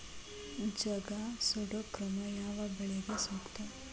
ಜಗಾ ಸುಡು ಕ್ರಮ ಯಾವ ಬೆಳಿಗೆ ಸೂಕ್ತ?